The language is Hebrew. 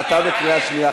אתה בקריאה שנייה,